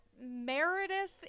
Meredith